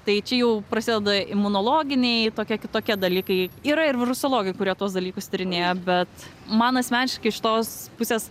tai čia jau prasideda imunologiniai tokie kitokie dalykai yra ir virusologai kurie tuos dalykus tyrinėja bet man asmeniškai iš tos pusės